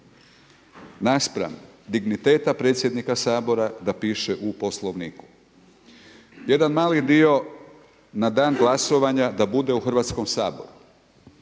naspram digniteta predsjednika Sabora da piše u Poslovniku. Jedan mali dio na dan glasovanja da bude u Hrvatskom saboru.